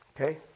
okay